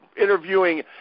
interviewing